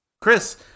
Chris